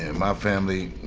and my family,